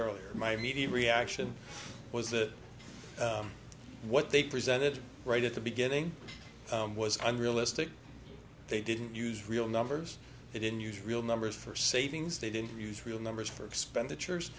earlier my immediate reaction was that what they presented right at the beginning unrealistic they didn't use real numbers they didn't use real numbers for savings they didn't use real numbers for expenditures